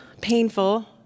painful